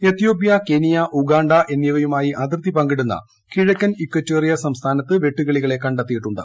Ethiopia Kenya Uganda എന്നിവയുമായി അതിർത്തി പങ്കിടുന്ന കിഴക്കൻ ഇക്ക്വറ്റോറിയ സംസ്ഥാനത്ത് വെട്ടുക്കിളികളെ കണ്ടെത്തിയിട്ടുണ്ട്